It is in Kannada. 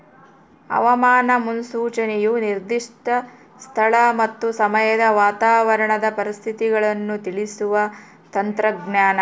ಹವಾಮಾನ ಮುನ್ಸೂಚನೆಯು ನಿರ್ದಿಷ್ಟ ಸ್ಥಳ ಮತ್ತು ಸಮಯದ ವಾತಾವರಣದ ಪರಿಸ್ಥಿತಿಗಳನ್ನು ತಿಳಿಸುವ ತಂತ್ರಜ್ಞಾನ